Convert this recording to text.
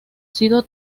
sido